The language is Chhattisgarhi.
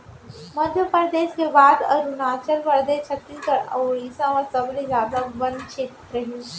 मध्यपरेदस के बाद अरूनाचल परदेस, छत्तीसगढ़ अउ उड़ीसा म सबले जादा बन छेत्र हे